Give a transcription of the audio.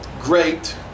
great